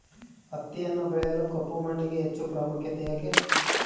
ಹತ್ತಿಯನ್ನು ಬೆಳೆಯಲು ಕಪ್ಪು ಮಣ್ಣಿಗೆ ಹೆಚ್ಚು ಪ್ರಾಮುಖ್ಯತೆ ಏಕೆ?